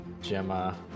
Gemma